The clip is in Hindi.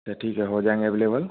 सर ठीक है हो जाएँगे अवेलेबल